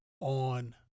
on